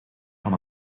van